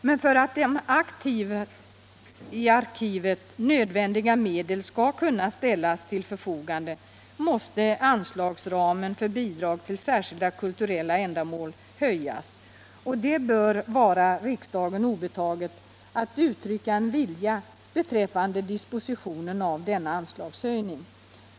Men för att de för arkivet nödvändiga medlen skall kunna ställas will förfogande måste anslagsramen för Bidrag till särskilda kulturells ändamål höjas, och det bör vara riksdagen obetaget att uttrycka en vilja beträffande dispositionen av denna anslagshöjning.